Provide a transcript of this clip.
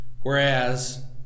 Whereas